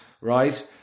right